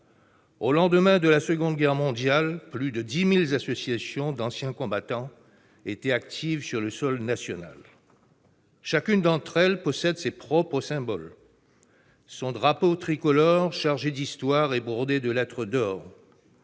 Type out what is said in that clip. Au lendemain de la Seconde Guerre mondiale, plus de 10 000 associations d'anciens combattants étaient actives sur le sol national. Chacune d'entre elles possède ses propres symboles, son drapeau tricolore chargé d'histoire et brodé de lettres d'or.